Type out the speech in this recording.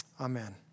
amen